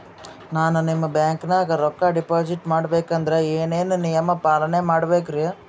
ನಾನು ನಿಮ್ಮ ಬ್ಯಾಂಕನಾಗ ರೊಕ್ಕಾ ಡಿಪಾಜಿಟ್ ಮಾಡ ಬೇಕಂದ್ರ ಏನೇನು ನಿಯಮ ಪಾಲನೇ ಮಾಡ್ಬೇಕ್ರಿ?